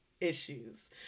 issues